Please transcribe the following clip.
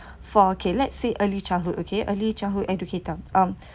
for okay let's say early childhood okay early childhood educator um